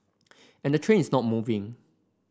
and the train is not moving